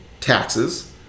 taxes